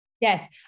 Yes